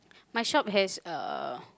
my shop has uh